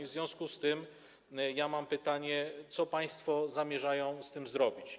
W związku z tym mam pytanie: Co państwo zamierzają z tym zrobić?